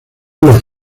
los